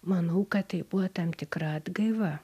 manau kad tai buvo tam tikra atgaiva